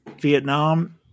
Vietnam